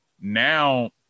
now